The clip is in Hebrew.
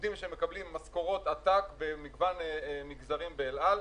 עובדים שמקבלים משכורות עתק במגוון מגזרים באל על.